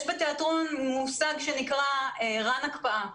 יש בתיאטרון מושג שנקרא רן הקפאה.